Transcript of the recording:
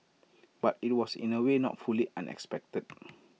but IT was in A way not fully unexpected